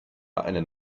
einen